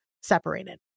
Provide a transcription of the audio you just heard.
separated